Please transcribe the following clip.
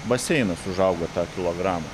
baseinas užauga tą kilogramą